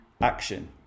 action